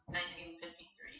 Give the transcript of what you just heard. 1953